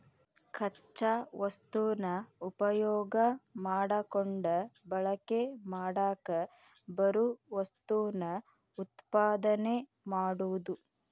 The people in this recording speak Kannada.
ಕಚ್ಚಾ ವಸ್ತುನ ಉಪಯೋಗಾ ಮಾಡಕೊಂಡ ಬಳಕೆ ಮಾಡಾಕ ಬರು ವಸ್ತುನ ಉತ್ಪಾದನೆ ಮಾಡುದು